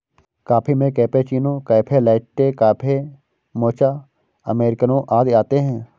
coffee में cappuccino, cafe latte, cafe mocha, अमेरिकनों आदि आते है